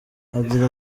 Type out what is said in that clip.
agira